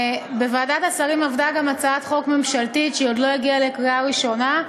ועדת השרים עבדה גם על הצעת חוק ממשלתית שעוד לא הגיעה לקריאה ראשונה,